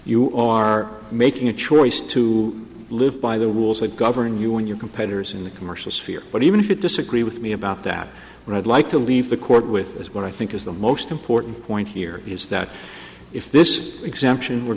you are making a choice to live by the rules that govern you and your competitors in the commercial sphere but even if you disagree with me about that but i'd like to leave the court with what i think is the most important point here is that if this exemption